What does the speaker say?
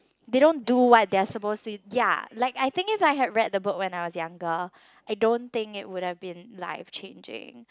they don't do what their suppose to ya like I think I had read the book when I was younger I don't think it would had been like changing